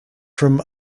from